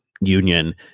union